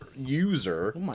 user